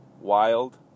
wild